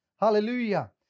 hallelujah